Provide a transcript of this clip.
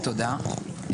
תודה,